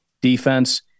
defense